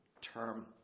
term